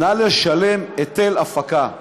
נא לשלם היטל הפקה.